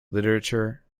literature